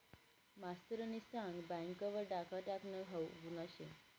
मास्तरनी सांग बँक वर डाखा टाकनं हाऊ गुन्हा शे